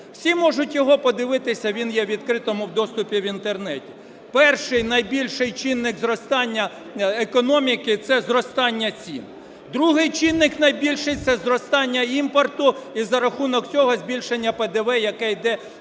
Всі можуть його подивитися, він є у відкритому доступі в Інтернеті. Перший найбільший чинник зростання економіки – це зростання цін. Другий чинник найбільший – це зростання імпорту і за рахунок цього збільшення ПДВ, яке йде за рахунок